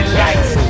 lights